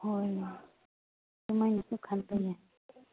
ꯍꯣꯏ ꯑꯗꯨꯃꯥꯏꯅꯁꯨ ꯈꯟꯕ ꯌꯥꯏ